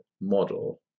model